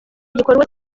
igikorwa